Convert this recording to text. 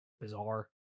bizarre